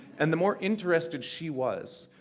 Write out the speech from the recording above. and the more interested she was,